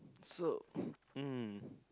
so um